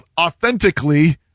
authentically